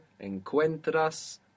encuentras